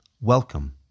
welcome